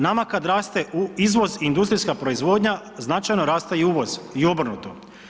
Nama kad raste izvoz, industrijska proizvodnja, značajno raste i uvoz i obrnuto.